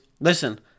Listen